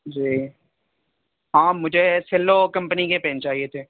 جی ہاں مجھے Cello company کے پین چاہیے تھے